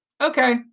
Okay